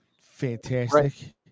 fantastic